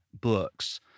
books